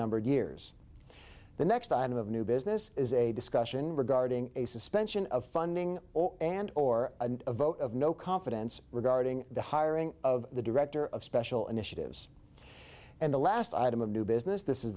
numbered years the next item of new business is a discussion regarding a suspension of funding or and or a vote of no confidence regarding the hiring of the director of special initiatives and the last item of new business